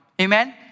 Amen